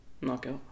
Knockout